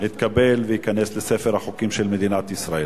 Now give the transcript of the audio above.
התקבלה והחוק ייכנס לספר החוקים של מדינת ישראל.